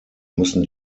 müssen